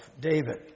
David